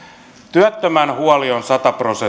työttömän huoli on sataprosenttinen ja